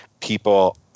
people